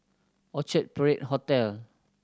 Orchard Parade Hotel